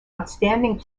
outstanding